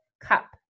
cup